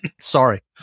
Sorry